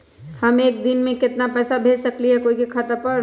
हम एक दिन में केतना पैसा भेज सकली ह कोई के खाता पर?